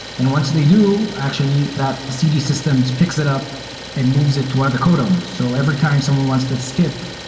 and once they do, actually, that cd systems picks it up and moves it to one of the code owners. so every time someone wants to skip,